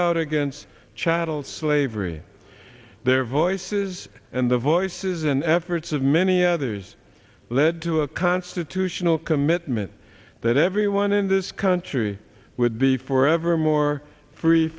out against chattel slavery their voices and the voices and efforts of many others led to a constitutional commitment that everyone in this country with the forever more free